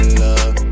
love